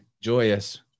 joyous